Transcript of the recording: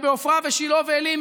ובעופרה ושילה ועלי,